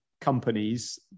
companies